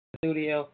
studio